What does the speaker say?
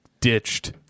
ditched